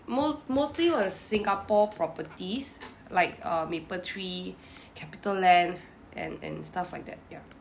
mo~ mostly are singapore properties like uh Mapletree CapitaLand and and stuff like that ya